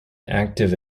active